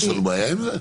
יש לנו בעיה עם זה?